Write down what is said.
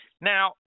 Now